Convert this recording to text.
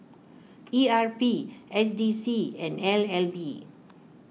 E R P S D C and N L B